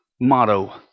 motto